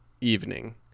evening